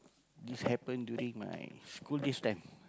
this happen during my school days time